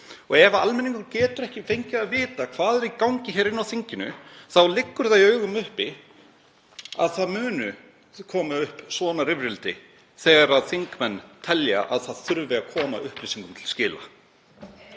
Ef almenningur getur ekki fengið að vita hvað er í gangi hér á þinginu þá liggur það í augum uppi að upp munu koma svona rifrildi þegar þingmenn telja að koma þurfi upplýsingum til skila.